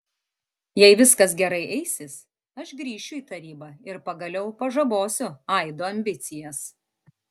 jei viskas gerai eisis aš grįšiu į tarybą ir pagaliau pažabosiu aido ambicijas